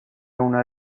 una